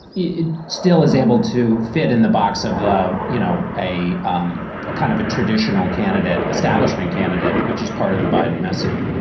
it still is able to fit in the box of you know a um kind of a traditional candidate, establishment candidate, which is part of the biden message,